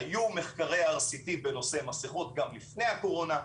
היו מחקרי RCT גם לפני הקורונה,